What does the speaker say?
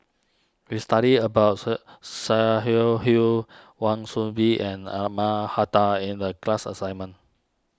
we studied about sir Hull Wan Soon Bee and Ahmad in the class assignment